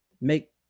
make